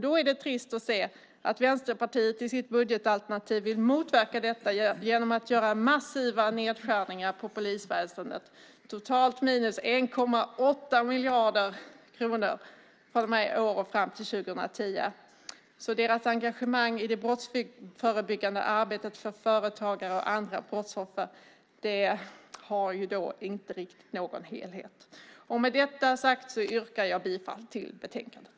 Då är det trist att se att Vänsterpartiet i sitt budgetalternativ vill motverka detta genom att göra massiva nedskärningar på polisväsendet - totalt minus 1,8 miljarder kronor från och med i år fram till 2010. Vänsterpartiets engagemang i det brottsförebyggande arbetet för företagare och andra brottsoffer har inte riktigt någon helhet. Med detta sagt yrkar jag bifall till utskottets förslag i betänkandet.